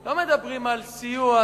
לא מדברים על סיוע.